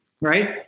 right